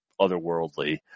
otherworldly